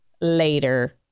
later